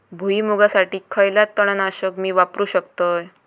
भुईमुगासाठी खयला तण नाशक मी वापरू शकतय?